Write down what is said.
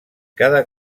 cada